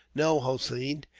no, hossein,